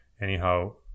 anyhow